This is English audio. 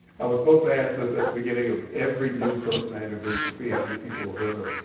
i was supposed to ask this at the beginning of every new person i introduced and see how many people were heard of.